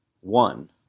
one